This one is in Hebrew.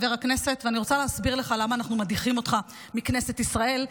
ואני רוצה להסביר לך למה אנחנו מדיחים אותך מכנסת ישראל,